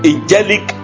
Angelic